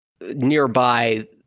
nearby